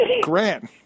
Grant